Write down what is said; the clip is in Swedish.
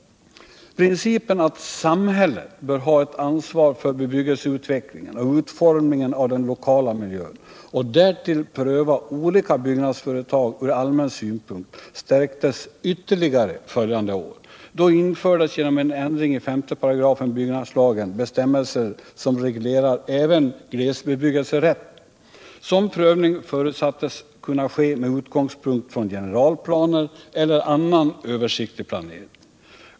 Principen att samhället bör ha ett ansvar för bebyggelseutvecklingen och utformningen av den lokala miljön och därtill pröva olika byggnadsföretag från allmän synpunkt stärktes ytterligare följande år. Då infördes genom en ändringi5 § BL bestämmelser som reglerar även glesbebyggelserätten. Sådan prövning förutsattes kunna ske med utgångspunkt i generalplaner eller annan översiktlig planering.